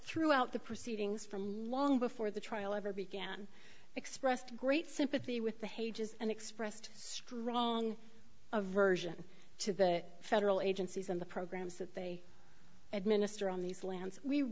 threw out the proceedings from long before the trial ever began expressed great sympathy with the hage is an expressed strong aversion to that federal agencies and the programs that they administer on these lands we